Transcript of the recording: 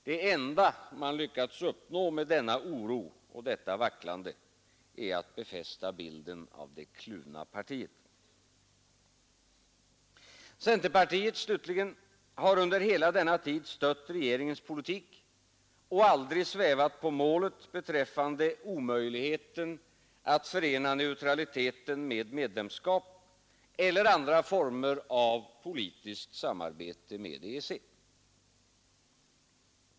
Det enda man lyckats uppnå med denna oro och detta vacklande är att befästa bilden av det kluvna partiet. Centerpartiet, slutligen, har under hela denna tid stött regeringens politik och aldrig svävat på målet beträffande omöjligheten att förena neutraliteten med medlemskap eller andra former av politiskt samarbete med EEC.